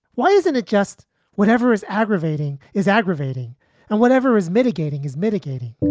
why isn't it just whatever is aggravating is aggravating and whatever is mitigating his mitigating?